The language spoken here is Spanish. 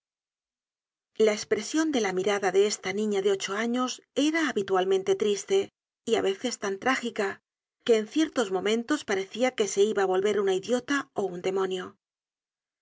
la espresion de la mirada de esta niña de ocho años era habitualmente tan triste y á veces tan trágica que en ciertos momentos parecia que se iba á volver una idiota ó un demonio